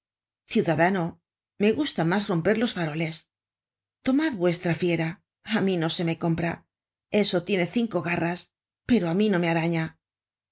ciudadano me gusta mas romper los faroles tomad vuestra fiera á mí no me se compra eso tiene cinco garras pero á mí no me araña